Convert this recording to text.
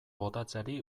botatzeari